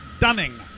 Dunning